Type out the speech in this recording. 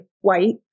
white